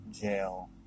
jail